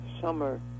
summer